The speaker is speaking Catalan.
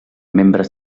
membres